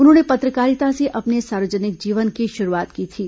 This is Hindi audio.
उन्होंने पत्रकारिता से अपने सार्वजनिक जीवन की शुरुआत की थी